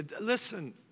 listen